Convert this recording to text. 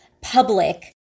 public